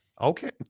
okay